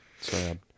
Sad